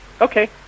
Okay